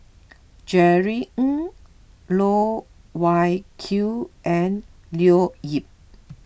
Jerry Ng Loh Wai Kiew and Leo Yip